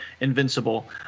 invincible